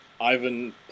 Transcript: Ivan